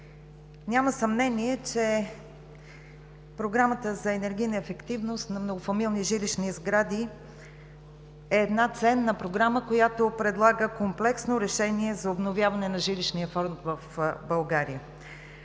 Няма съмнение, че Програмата за енергийна ефективност на многофамилни жилищни сгради е ценна програма, която предлага комплексно решение за обновяване на жилищния фонд в България.